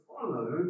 follow